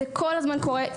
זה כל הזמן קורה,